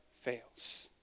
fails